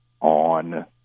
on